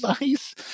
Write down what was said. nice